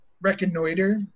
reconnoiter